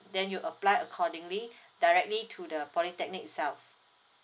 then you apply accordingly directly to the polytechnic itself